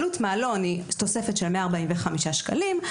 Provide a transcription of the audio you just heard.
עלות מעלון היא תוספת של 145 שקלים,